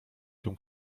się